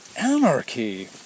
anarchy